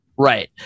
Right